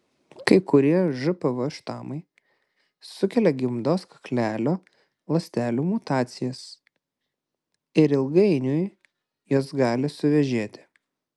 kai kurie žpv štamai sukelia gimdos kaklelio ląstelių mutacijas ir ilgainiui jos gali suvėžėti